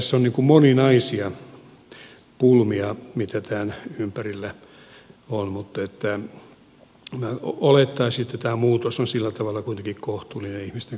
tässä on moninaisia pulmia tämän ympärillä mutta minä olettaisin että tämä muutos on sillä tavalla kuitenkin kohtuullinen ihmisten kannalta